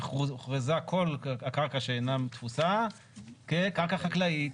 הוכרזה כל הקרקע שאינה תפוסה כקרקע חקלאית.